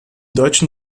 deutschen